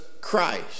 Christ